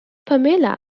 pamela